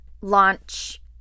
launch